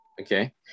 okay